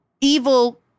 evil